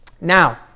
Now